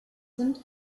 sind